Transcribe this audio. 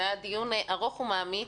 זה היה דיון ארוך ומעמיק.